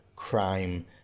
Crime